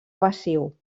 passiu